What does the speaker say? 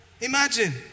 Imagine